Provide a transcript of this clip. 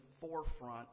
forefront